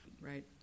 Right